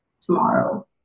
tomorrow